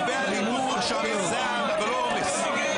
הרבה אלימות וזעם, אבל לא עומס.